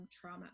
trauma